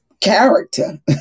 character